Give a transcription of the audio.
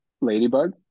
ladybug